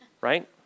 Right